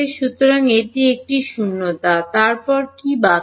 সুতরাং এটি একটি শূন্যতা তারপর কি বাকি